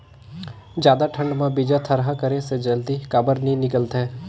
जादा ठंडा म बीजा थरहा करे से जल्दी काबर नी निकलथे?